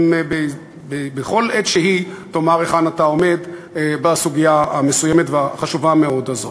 אם בכל עת שהיא תאמר היכן אתה עומד בסוגיה המסוימת והחשובה מאוד הזאת.